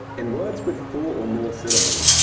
in words with four or more syllables,